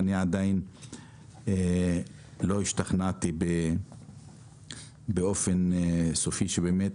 אני עדיין לא השתכנעתי באופן סופי שבאמת